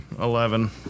Eleven